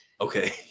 Okay